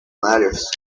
matters